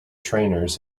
trainers